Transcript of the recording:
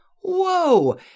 whoa